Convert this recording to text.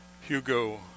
Hugo